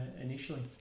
initially